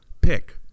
pick